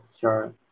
sure